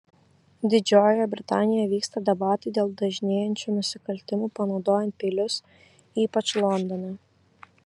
didžiojoje britanijoje vyksta debatai dėl dažnėjančių nusikaltimų panaudojant peilius ypač londone